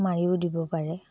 মাৰিও দিব পাৰে